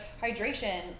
hydration